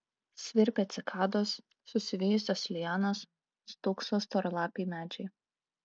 svirpia cikados susivijusios lianos stūkso storalapiai medžiai